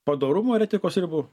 padorumo ir etikos ribų